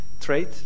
Trade